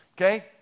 Okay